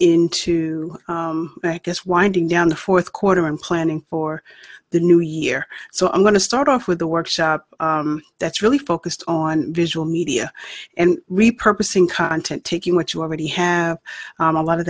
this winding down the fourth quarter and planning for the new year so i'm going to start off with a workshop that's really focused on visual media and repurpose in content taking what you already have a lot of